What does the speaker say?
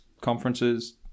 conferences